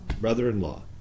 brother-in-law